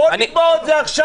בוא נגמור את זה עכשיו.